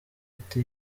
ati